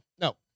No